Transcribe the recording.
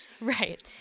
Right